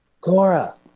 Cora